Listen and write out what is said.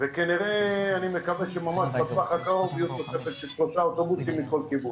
ואני מקווה שממש בטווח הקרוב תהיה תוספת של שלושה אוטובוסים לכל כיוון.